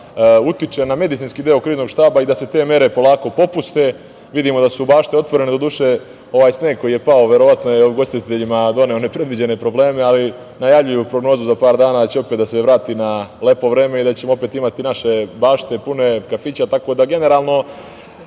da utiče na medicinski deo kriznog štaba i da se te mere polako popuste. Vidimo da su bašte otvorene, doduše, ovaj sneg koji je pao verovatno je ugostiteljima doneo nepredviđene probleme ali najavljuju prognozu za par dana da će opet da se vrati lepo vreme i da ćemo opet imati naše bašte, pune kafiće. Tako da, generalno,